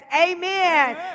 amen